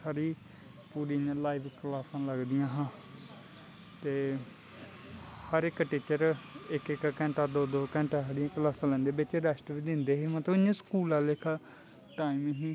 साढ़ी पूरी इ'यां लाइव क्लासां लगदियां हां ते हर इक टीचर इक इक घैंटा दो दो घैंटा साढ़ियां क्लासां लैंदे बिच्च रैस्ट बी दिंदे हे मतलब इ'यां स्कूल आह्ले लेखा टाइम ही